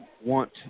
want